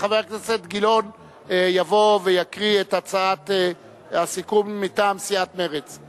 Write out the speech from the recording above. חבר הכנסת גילאון יבוא ויקריא את הצעת הסיכום מטעם סיעת מרצ.